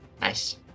Nice